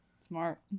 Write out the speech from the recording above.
Smart